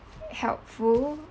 helpful